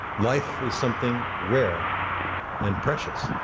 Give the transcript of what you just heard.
life is something rare and precious.